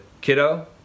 kiddo